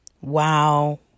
Wow